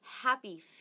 happy